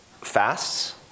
fasts